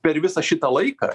per visą šitą laiką